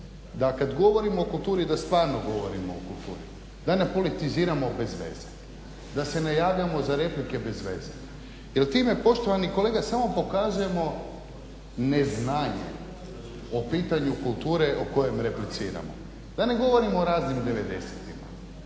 da kad govorimo o kulturi da stvarno govorimo o kulturi da ne politiziramo bezveze, da se ne javljamo za replike bezveze jer time poštovani kolega samo pokazujemo neznanje o pitanju kulture o kojem repliciramo. Da ne govorimo o raznim 90-tima